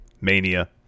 Mania